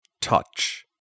Touch